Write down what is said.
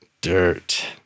Dirt